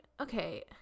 okay